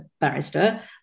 barrister